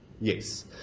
Yes